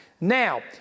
Now